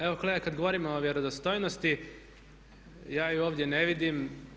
Evo kolega kad govorimo o vjerodostojnosti ja je ovdje ne vidim.